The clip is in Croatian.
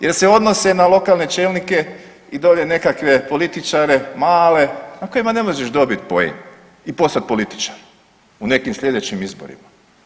Jer se odnose na lokalne čelnike i dolje nekakve političare male na kojima ne možeš dobiti poen i poslat političar u nekim sljedećim izborima.